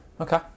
Okay